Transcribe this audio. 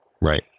Right